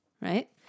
Right